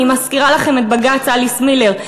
אני מזכירה לכם את בג"ץ אליס מילר,